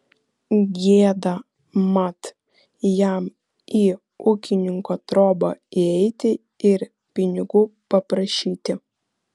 gėda mat jam į ūkininko trobą įeiti ir pinigų paprašyti